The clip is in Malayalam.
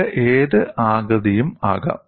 ഇത് ഏത് ആകൃതിയും ആകാം